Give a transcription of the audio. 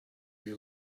you